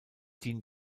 dient